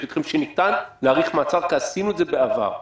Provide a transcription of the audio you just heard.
איתכם שניתן להאריך מעצר כי עשינו את זה בעבר.